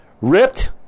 ripped